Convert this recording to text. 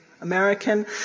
American